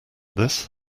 this